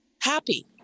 Happy